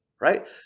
right